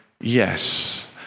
yes